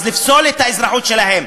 אז לפסול את האזרחות שלהם.